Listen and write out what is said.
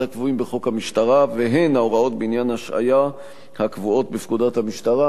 הקבועים בחוק המשטרה והן ההוראות בעניין השעיה הקבועות בפקודת המשטרה,